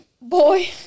boy